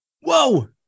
Whoa